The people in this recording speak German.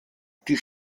die